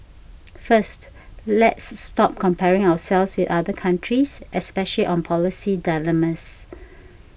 first let's stop comparing ourselves with other countries especially on policy dilemmas